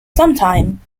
sometime